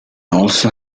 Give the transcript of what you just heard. also